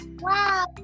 Wow